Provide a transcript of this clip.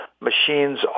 machines